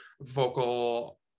vocal